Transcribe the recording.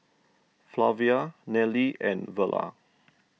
Flavia Nelly and Verla